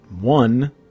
One